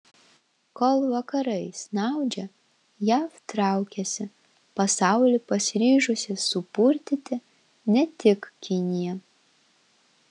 kol vakarai snaudžia jav traukiasi pasaulį pasiryžusi supurtyti ne tik kinija